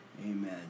Amen